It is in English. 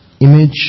image